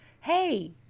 hey